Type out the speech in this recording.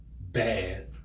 bad